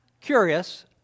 Curious